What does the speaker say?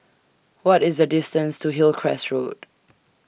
What IS The distance to Hillcrest Road